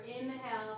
Inhale